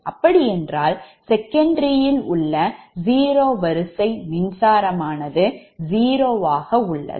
அப்படி என்றால் secondary உள்ள zero வரிசை மின்சாரமானது 0 ஆக உள்ளது